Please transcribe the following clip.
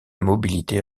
mobilité